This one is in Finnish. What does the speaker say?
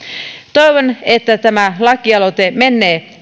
toivon että tämä lakialoite menee